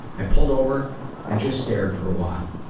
i pulled over and just stared for a while.